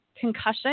concussion